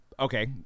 okay